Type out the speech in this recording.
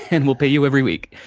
and we'll pay you every week.